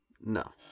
No